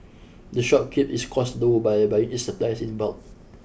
the shop keeps its costs low by buying its supplies in bulk